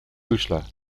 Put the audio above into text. uaisle